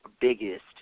biggest